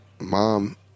mom